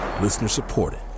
Listener-supported